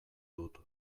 dut